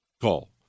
Call